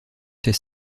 ses